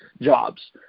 jobs